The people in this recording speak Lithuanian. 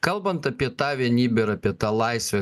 kalbant apie tą vienybę ir apie tą laisvę